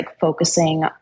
focusing